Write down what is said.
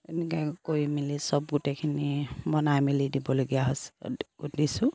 এনেকৈ কৰি মেলি চব গোটেইখিনি বনাই মেলি দিবলগীয়া হৈছে দিছোঁ